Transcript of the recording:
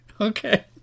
Okay